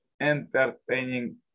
entertaining